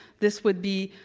this would be